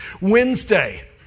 Wednesday